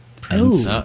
Prince